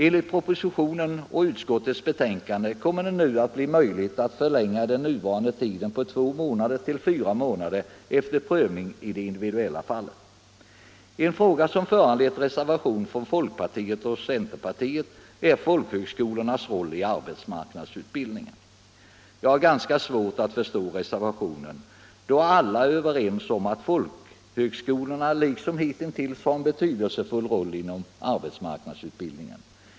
Enligt propositionen och utskottsbetänkandet kommer det nu att bli möjligt att förlänga den nuvarande utbildningstiden på två månader till fyra månader efter prövning i det individuella fallet. En fråga som föranlett reservation från folkpartiet och centerpartiet är folkhögskolornas roll i arbetsmarknadsutbildningen. Jag har ganska svårt att förstå reservationen, då alla är överens om att folkhögskolorna liksom hittills har en betydelsefull roll inom arbetsmarknadsutbildningen.